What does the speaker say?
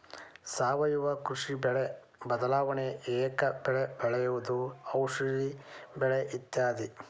ಸಾವಯುವ ಕೃಷಿ, ಬೆಳೆ ಬದಲಾವಣೆ, ಏಕ ಬೆಳೆ ಬೆಳೆಯುವುದು, ಔಷದಿ ಬೆಳೆ ಇತ್ಯಾದಿ